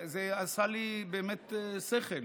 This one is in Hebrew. זה עשה לי באמת שכל.